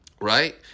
right